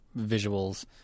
visuals